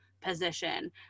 position